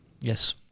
Yes